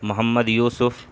محمد یوسف